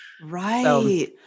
Right